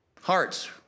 hearts